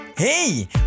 Hey